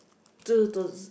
two thous~